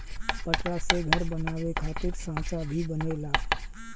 पटरा से घर बनावे खातिर सांचा भी बनेला